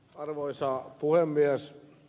arvoisa puhemies